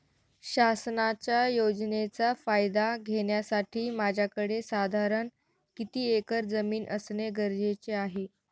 शासनाच्या योजनेचा फायदा घेण्यासाठी माझ्याकडे साधारण किती एकर जमीन असणे गरजेचे आहे?